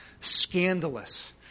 scandalous